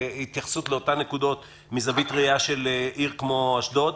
התייחסות לאותן נקודות מזווית ראייה של עיר כמו אשדוד.